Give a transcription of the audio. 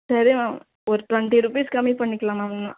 சரி மேம் ஒரு twenty rupees கம்மி பண்ணிக்கலாம் மேம் வேணுணா